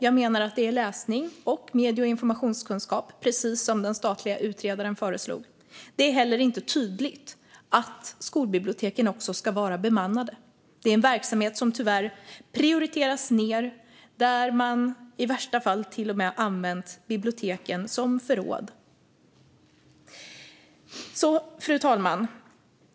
Jag menar att det är läsning och medie och informationskunskap, precis som den statliga utredaren föreslog. Det är inte heller tydligt att skolbiblioteken också ska vara bemannade. Det är en verksamhet som tyvärr prioriteras ned och där man i värsta fall till och med har använt biblioteken som förråd. Fru talman!